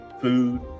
food